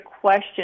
question